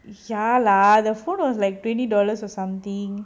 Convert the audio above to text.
ya lah the phone was like twenty dollars or something